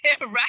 right